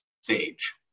stage